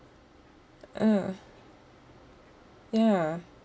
mm ya